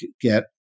get